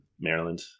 Maryland